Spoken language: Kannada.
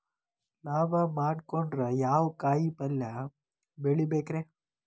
ಲಾಭ ಮಾಡಕೊಂಡ್ರ ಯಾವ ಕಾಯಿಪಲ್ಯ ಬೆಳಿಬೇಕ್ರೇ?